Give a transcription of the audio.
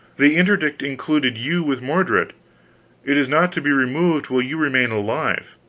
the interdict included you with mordred it is not to be removed while you remain alive.